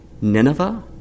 Nineveh